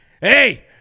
hey